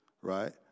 right